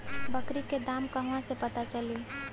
बकरी के दाम कहवा से पता चली?